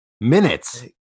minutes